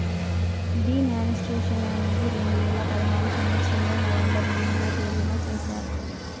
D మానిస్ట్రేషన్ అనేది రెండు వేల పదహారు సంవచ్చరంలో నవంబర్ ఎనిమిదో తేదీన చేశారు